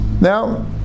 Now